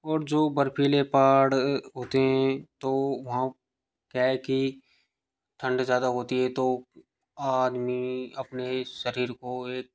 और जो बर्फीले पहाड़ होते हैं तो वहाँ क्या है की ठंड ज़्यादा होती है तो आदमी अपने शरीर को एक